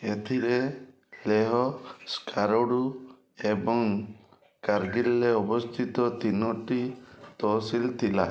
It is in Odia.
ଏଥିରେ ଲେହ ସ୍କାରଡ଼ୁ ଏବଂ କାରଗିଲରେ ଅବସ୍ଥିତ ତିନୋଟି ତହସିଲ ଥିଲା